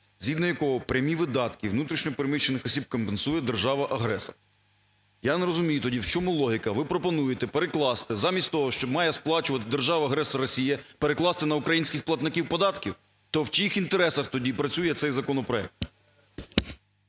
згідно якого прямі видатки внутрішньо переміщених осіб компенсує держава-агресор. Я не розумію тоді в чому логіка. Ви пропонуєте перекласти, замість того, що має сплачувати держава-агресор Росія, перекласти на українських платників податків? То в чиїх інтересах тоді працює цей законопроект?